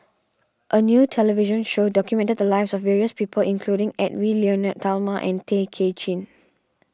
a new television show documented the lives of various people including Edwy Lyonet Talma and Tay Kay Chin